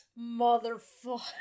Motherfucker